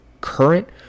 current